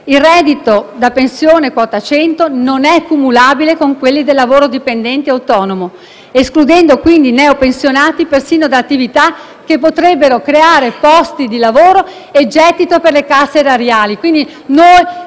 il reddito da pensione quota 100 non è cumulabile con quelli di lavoro dipendente e autonomo, escludendo - quindi - i neopensionati persino da attività che potrebbero creare posti di lavoro e gettito per le casse erariali.